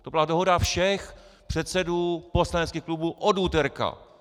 To byla dohoda všech předsedů poslaneckých klubů od úterka!